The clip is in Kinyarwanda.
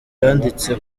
yanditse